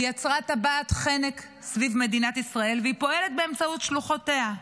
היא יצרה טבעת חנק סביב מדינת ישראל והיא פועלת באמצעות שלוחותיה,